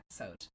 episode